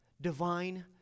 divine